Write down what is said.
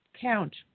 count